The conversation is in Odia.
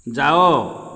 ଯାଅ